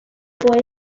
boy